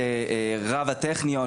כרב הטכניון,